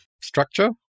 structure